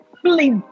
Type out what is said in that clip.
please